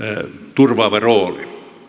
turvaava rooli